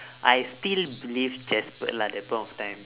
I still believe jasper lah at that point of time